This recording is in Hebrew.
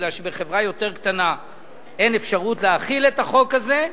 כי בחברה יותר קטנה אין אפשרות להחיל את החוק הזה,